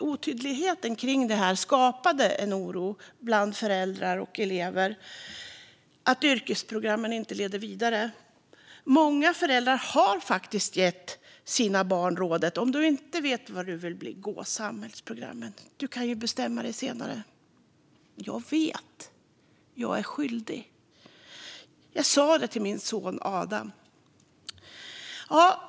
Otydligheten kring detta skapade en oro bland föräldrar och elever att yrkesprogrammen inte leder vidare. Många föräldrar har gett sina barn rådet att "Om du inte vet vad du vill bli, gå samhällsprogrammet! Du kan ju bestämma dig senare." Jag vet det. Jag är skyldig. Jag sa så till min son Adam.